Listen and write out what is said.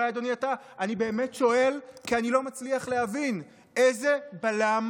אני באמת שואל, כי אני לא מצליח להבין איזה בלם